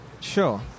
sure